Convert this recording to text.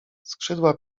skrzydła